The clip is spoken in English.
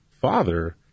father